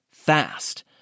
Fast